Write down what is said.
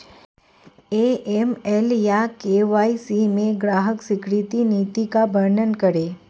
AML या KYC में ग्राहक स्वीकृति नीति का वर्णन करें?